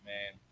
Man